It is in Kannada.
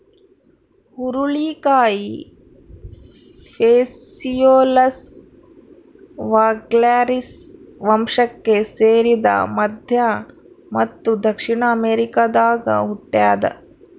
ಹುರುಳಿಕಾಯಿ ಫೇಸಿಯೊಲಸ್ ವಲ್ಗ್ಯಾರಿಸ್ ವಂಶಕ್ಕೆ ಸೇರಿದ ಮಧ್ಯ ಮತ್ತು ದಕ್ಷಿಣ ಅಮೆರಿಕಾದಾಗ ಹುಟ್ಯಾದ